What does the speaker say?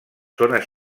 zones